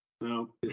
No